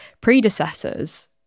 predecessors